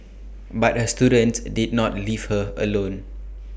but her students did not leave her alone